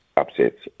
upsets